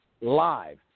live